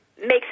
makes